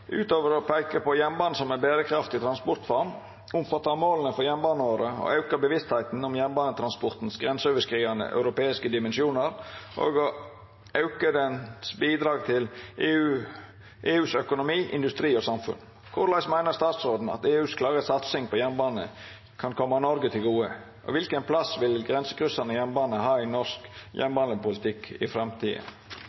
Utover å peke på jernbanen som en bærekraftig transportform, omfatter målene for jernbaneåret å øke bevisstheten om jernbanetransportens grenseoverskridende europeiske dimensjoner og å øke dens bidrag til EUs økonomi, industri og samfunn. Det er imidlertid flere hindre som må forseres, men det åpner seg mange muligheter som også Norge